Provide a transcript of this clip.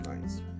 nice